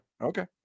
Okay